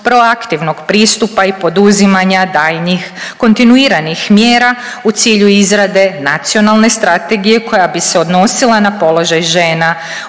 proaktivnog pristupa i poduzimanja daljnjih kontinuiranih mjera u cilju izrade Nacionalne strategije koja bi se odnosila na položaj žena